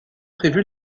prévu